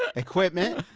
ah equipment.